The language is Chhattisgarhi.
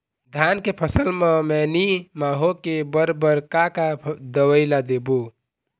धान के फसल म मैनी माहो के बर बर का का दवई ला देबो?